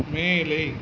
மேலே